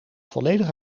volledig